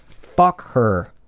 fuck her.